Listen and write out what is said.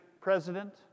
President